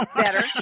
Better